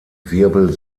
wirbel